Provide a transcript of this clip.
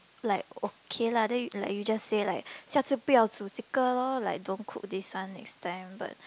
like okay lah then you like you just say like 下次不要煮这个 lor like don't cook this one next time but